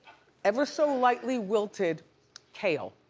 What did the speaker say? ever so lightly wilted kale,